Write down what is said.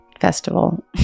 Festival